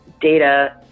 data